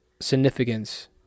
significance